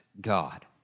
God